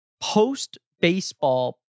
post-baseball